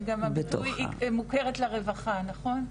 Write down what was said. גם הביטוי "מוכרת לרווחה", נכון?